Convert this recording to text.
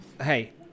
Hey